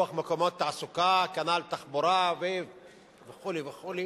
פיתוח מקומות תעסוקה, כנ"ל תחבורה וכו' וכו'.